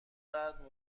بعد